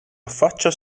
affaccia